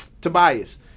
Tobias